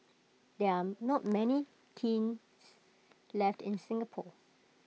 there are not many kilns left in Singapore